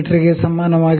ಗೆ ಸಮಾನವಾಗಿರುತ್ತದೆ